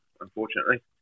unfortunately